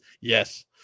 Yes